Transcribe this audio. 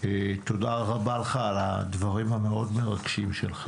תודה רבה לך על הדברים המאוד-מרגשים שלך,